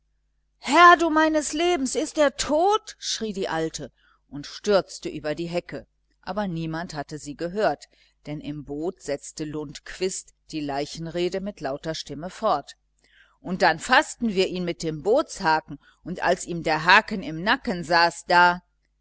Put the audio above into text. herr du meines lebens ist er tot schrie die alte und stürzte über die hecke aber niemand hatte sie gehört denn im boot setzte rundquist die leichenrede mit lauter stimme fort und dann faßten wir ihn mit dem bootshaken und als ihm der haken im nacken saß da